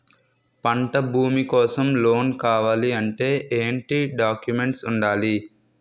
పంట భూమి కోసం లోన్ కావాలి అంటే ఏంటి డాక్యుమెంట్స్ ఉండాలి?